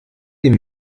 ihm